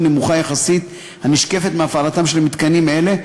הנמוכה יחסית הנשקפת מהפעלת מתקנים אלה,